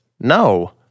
no